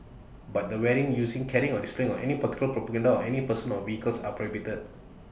but the wearing using carrying or displaying of any political propaganda on any person or vehicles are prohibited